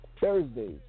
Thursdays